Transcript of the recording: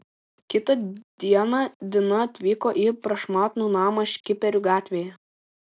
kitą dieną dina atvyko į prašmatnų namą škiperių gatvėje